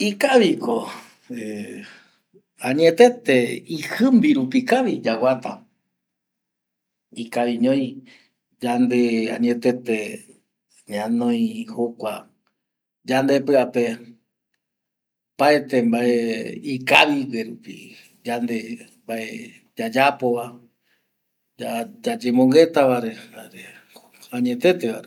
Ikavi ko añetete ijimbirupi kavi yaguata ikaviñoi yande añetete ñanoi yande pia pe opaete mbae ikaviva yayapova, yayemonguetava añeteteva.